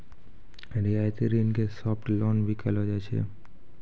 रियायती ऋण के सॉफ्ट लोन भी कहलो जाय छै